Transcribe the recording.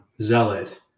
Zealot